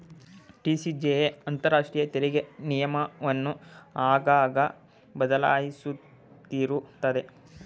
TCJA ಅಂತರಾಷ್ಟ್ರೀಯ ತೆರಿಗೆ ನಿಯಮವನ್ನು ಆಗಾಗ ಬದಲಿಸುತ್ತಿರುತ್ತದೆ